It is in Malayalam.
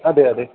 അതെ അതെ